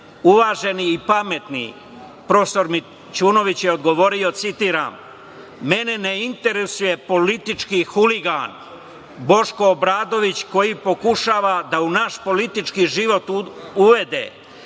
Uvaženi i pametni profesor Mićunović je odgovorio, citiram: "Mene ne interesuje politički huligan Boško Obradović koji pokušava da u naš politički život uvede